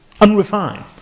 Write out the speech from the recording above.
Unrefined